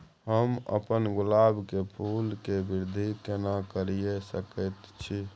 हम अपन गुलाब के फूल के वृद्धि केना करिये सकेत छी?